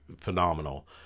phenomenal